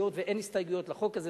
היות שאין הסתייגויות לחוק הזה,